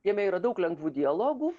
jame yra daug lengvų dialogų